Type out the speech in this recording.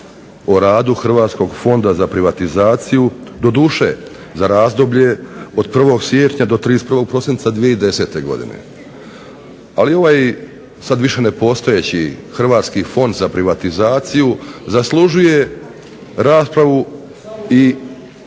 o radu Hrvatskog fonda za privatizaciju, doduše za razdoblje od 1. siječnja do 31. prosinca 2010. godine. Ali ovaj sad više nepostojeći Hrvatski fond za privatizaciju zaslužuje raspravu i